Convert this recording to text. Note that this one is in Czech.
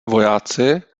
vojáci